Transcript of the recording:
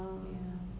ya